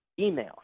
email